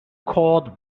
called